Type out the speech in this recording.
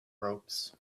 ropes